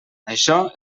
això